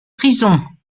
prisons